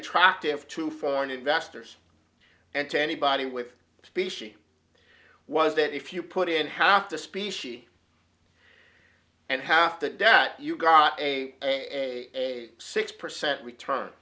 attractive to foreign investors and to anybody with a specie was that if you put in half the specie and half that debt you got a six percent return